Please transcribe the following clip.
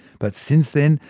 but since then,